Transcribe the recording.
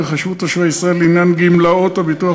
לא ייחשבו תושבי ישראל לעניין גמלאות הביטוח